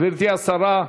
גברתי השרה,